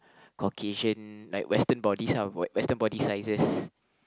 Caucasian like western bodies ah We~ Western body sizes